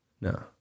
no